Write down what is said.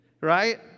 right